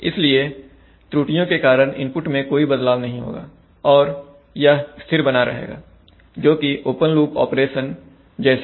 इसलिए त्रुटियों के कारण इनपुट में कोई बदलाव नहीं होगा और यह स्थिर बना रहेगाजोकि ओपन लूप ऑपरेशन जैसा है